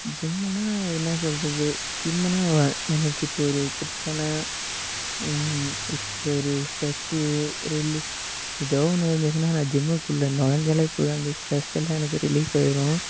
ஜிம்முனால் என்ன சொல்கிறது ஜிம்முனால் எனக்கு இப்போ ஒரு பிரச்சனை இப்போ ஒரு ஸ்ட்ரெஸ்ஸு ரிலீஃப் ஏதோ ஒரு இருந்துச்சுனால் நான் ஜிம்முக்குள்ள நுழஞ்சாலே போதும் அந்த ஸ்ட்ரெஸ் எல்லாம் எனக்கு ரிலீஃப் ஆயிடும்